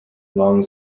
long